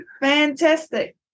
Fantastic